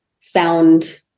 found